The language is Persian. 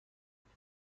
باید